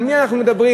על מי אנחנו מדברים?